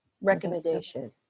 recommendation